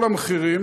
כל המחירים,